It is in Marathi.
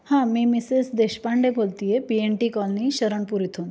हां मी मिसेस देशपांडे बोलते आहे P N T colony Sharanpur इथून